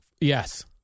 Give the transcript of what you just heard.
Yes